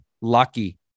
lucky